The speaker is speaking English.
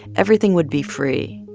everything would be free.